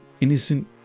innocent